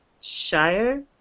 Shire